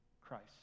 Christ